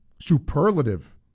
superlative